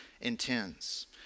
intends